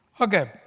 Okay